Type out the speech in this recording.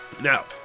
Now